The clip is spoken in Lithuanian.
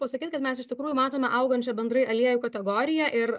pasakyt kad mes iš tikrųjų matome augančią bendrai aliejų kategoriją ir